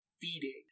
feeding